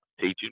teaching